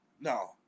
no